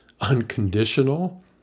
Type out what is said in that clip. unconditional